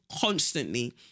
constantly